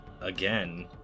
again